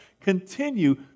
Continue